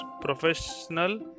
professional